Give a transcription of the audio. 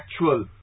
actual